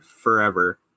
Forever